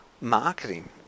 marketing